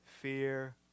fear